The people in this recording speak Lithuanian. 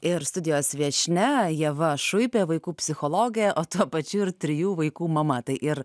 ir studijos viešnia ieva šuipė vaikų psichologė o tuo pačiu ir trijų vaikų mama tai ir